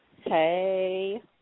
Hey